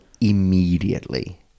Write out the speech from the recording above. Immediately